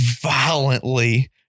violently